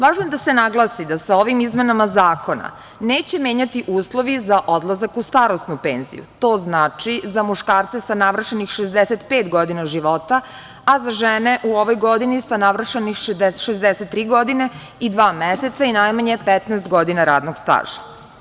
Važno je da se naglasi da se ovim izmenama zakona neće menjati uslovi za odlazak u starosnu penziju, to znači za muškarce sa navršenih 65 godina života, a za žene u ovoj godini sa navršenih 63 godine i dva meseca i najmanje 15 godina radnog staža.